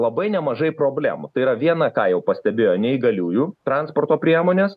labai nemažai problemų tai yra viena ką jau pastebėjo neįgaliųjų transporto priemonės